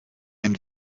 ein